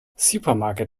supermarket